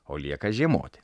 o lieka žiemoti